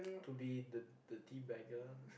to be the the tea bagger